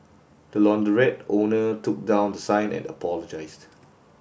the launderette owner took down the sign and apologised